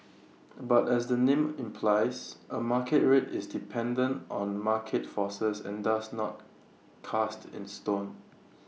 but as the name implies A market rate is dependent on market forces and thus not cast in stone